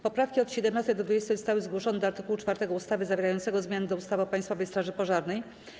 Poprawki od 17. do 20. zostały zgłoszone do art. 4 ustawy zawierającego zmiany do ustawy o Państwowej Straży Pożarnej.